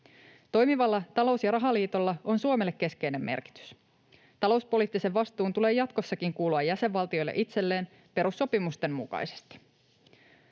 Toimivalla talous- ja rahaliitolla on Suomelle keskeinen merkitys. Talouspoliittisen vastuun tulee jatkossakin kuulua jäsenvaltioille itselleen perussopimusten mukaisesti.